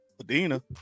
Adina